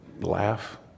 laugh